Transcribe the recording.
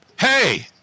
Hey